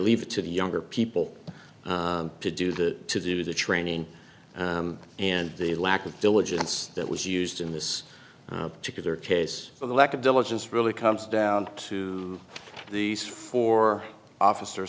leave it to the younger people to do that to do the training and the lack of diligence that was used in this particular case but the lack of diligence really comes down to these four officer